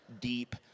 deep